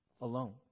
Alone